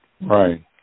Right